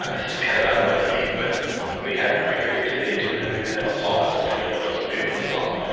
this is kind of out of my league but let me add my creativity to it and maybe that'll solve something no one else would be able to solve.